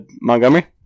Montgomery